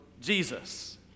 Jesus